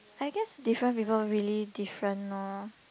I guess different people really different lor